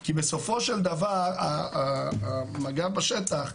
כי בסופו של דבר מג"ב בשטח,